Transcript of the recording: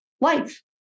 life